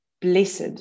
blessed